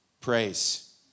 Praise